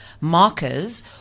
markers